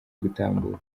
gutambuka